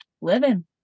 living